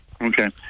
Okay